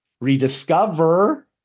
rediscover